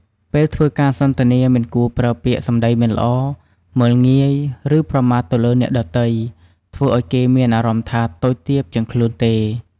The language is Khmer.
ពេលធ្វើការសន្ទនាមិនគួរប្រើពាក្យសម្តីមិនល្អ មើលងាយ ឬ ប្រមាថទៅលើអ្នកដទៃ ធ្វើឲ្យគេមានអារម្មណ៌ថាតូចទាបជាងខ្លួនទេ។